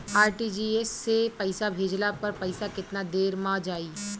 RTGS से पईसा भेजला पर पईसा केतना देर म जाई?